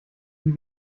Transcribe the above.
wie